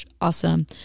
awesome